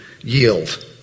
yield